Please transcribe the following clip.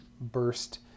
burst